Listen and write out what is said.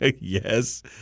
Yes